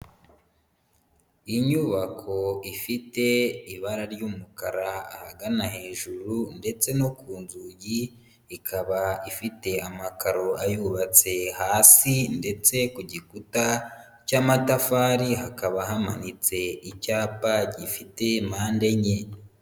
Inyubako ifite ibara ry'umukara ahagana hejuru, ndetse no ku nzugi ikaba ifite amakaro ayubatse hasi, ndetse ku gikuta cy'amatafari hakaba hamanitse icyapa gifite mpande enye.